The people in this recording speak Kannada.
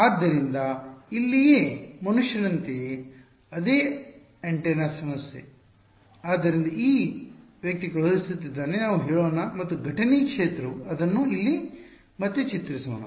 ಆದ್ದರಿಂದ ಇಲ್ಲಿಯೇ ಮನುಷ್ಯನಂತೆಯೇ ಅದೇ ಆಂಟೆನಾ ಸಮಸ್ಯೆ ಆದ್ದರಿಂದ ಈ ವ್ಯಕ್ತಿ ಕಳುಹಿಸುತ್ತಿದ್ದಾನೆ ನಾವು ಹೇಳೋಣ ಮತ್ತು ಘಟನೆ ಕ್ಷೇತ್ರವು ಅದನ್ನು ಇಲ್ಲಿ ಮತ್ತೆ ಚಿತ್ರಿಸೋಣ